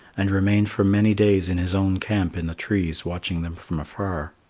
and remained for many days in his own camp in the trees watching them from afar.